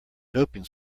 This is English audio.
doping